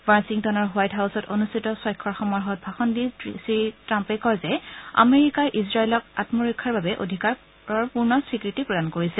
ৱাশ্বিংটনৰ White হাউছত অনুষ্ঠিত স্বাক্ষৰ সমাৰোহত ভাষণ দি শ্ৰীটাম্পে কয় যে আমেৰিকাই ইজৰাইলক আমৰক্ষাৰ বাবে অধিকাৰৰ পূৰ্ণ স্বীকৃতি প্ৰদান কৰিছে